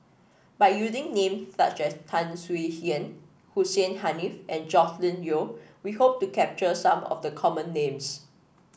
by using name such as Tan Swie Hian Hussein Haniff and Joscelin Yeo we hope to capture some of the common names